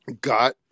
got